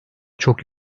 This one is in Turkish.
çok